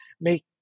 make